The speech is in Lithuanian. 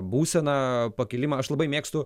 būseną pakilimą aš labai mėgstu